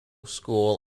school